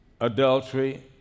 adultery